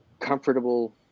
comfortable